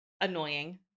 annoying